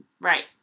Right